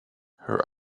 her